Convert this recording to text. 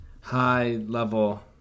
high-level